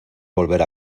volver